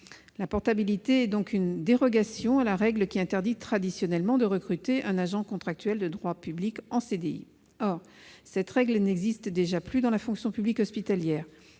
La portabilité est donc une dérogation à la règle qui interdit traditionnellement de recruter un agent contractuel de droit public en CDI. Or cette règle n'existe déjà plus dans la fonction publique hospitalière.